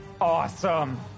Awesome